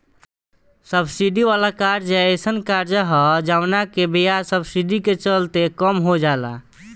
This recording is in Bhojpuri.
सब्सिडी वाला कर्जा एयीसन कर्जा ह जवना के ब्याज सब्सिडी के चलते कम हो जाला